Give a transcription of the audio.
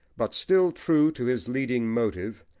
but still true to his leading motive,